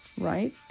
right